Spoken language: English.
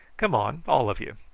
come on, all of you.